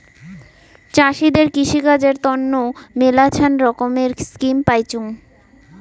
চাষীদের কৃষিকাজের তন্ন মেলাছান রকমের স্কিম পাইচুঙ